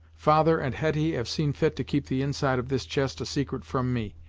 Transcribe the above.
father and hetty have seen fit to keep the inside of this chest a secret from me,